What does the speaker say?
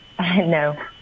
No